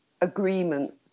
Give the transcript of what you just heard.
agreement